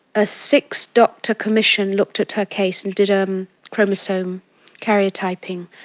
a six-doctor commission looked at her case and did um chromosome karyotyping.